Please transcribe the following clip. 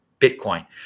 Bitcoin